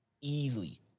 Easily